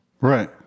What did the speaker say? Right